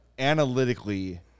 analytically